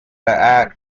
act